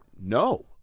No